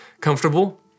comfortable